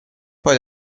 poi